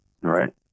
Right